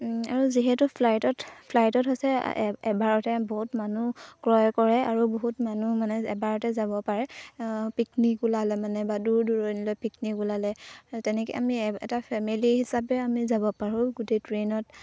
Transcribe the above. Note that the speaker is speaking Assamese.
আৰু যিহেতু ফ্লাইটত ফ্লাইটত হৈছে এবাৰতে বহুত মানুহ ক্ৰয় কৰে আৰু বহুত মানুহ মানে এবাৰতে যাব পাৰে পিকনিক ওলালে মানে বা দূৰ দূৰণিলৈ পিকনিক ওলালে তেনেকৈ আমি এটা ফেমিলি হিচাপে আমি যাব পাৰোঁ গোটেই ট্ৰেইনত